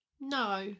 no